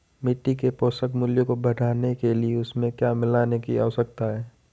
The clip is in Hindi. मिट्टी के पोषक मूल्य को बढ़ाने के लिए उसमें क्या मिलाने की आवश्यकता है?